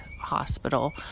hospital